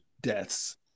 deaths